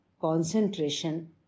concentration